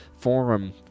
forum